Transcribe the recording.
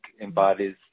embodies